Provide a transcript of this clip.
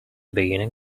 being